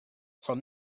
from